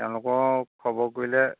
তেওঁলোকক খবৰ কৰিলে